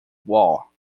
wall